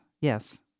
Yes